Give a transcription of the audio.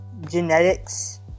Genetics